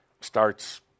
starts